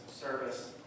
service